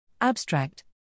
Abstract